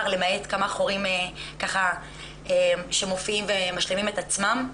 למעט כמה חורים שככה שמופיעים ומשלימים את עצמם?